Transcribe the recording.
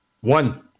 One